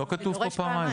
זה דורש פעמיים.